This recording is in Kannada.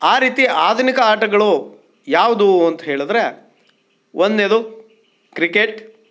ಆ ರೀತಿ ಆಧುನಿಕ ಆಟಗಳು ಯಾವುದು ಅಂತ ಹೇಳಿದ್ರೆ ಒಂದನೆಯದು ಕ್ರಿಕೆಟ್